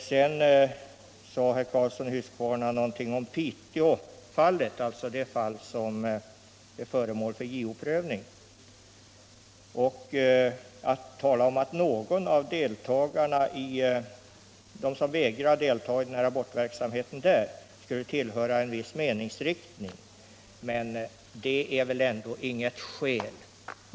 Sedan sade herr Karlsson i Huskvarna något om fallet i Piteå som är föremål för JO-prövning. Att någon av dem som vägrar att delta i abortverksamheten där skulle tillhöra en viss meningsriktning är väl ändå inget skäl.